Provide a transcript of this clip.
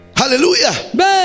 hallelujah